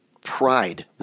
pride